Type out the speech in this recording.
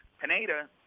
Pineda